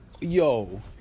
Yo